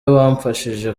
wamfashije